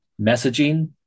messaging